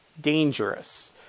dangerous